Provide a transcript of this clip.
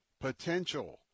potential